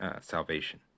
salvation